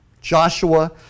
Joshua